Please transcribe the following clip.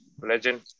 Legend